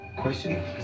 questioning